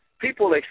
people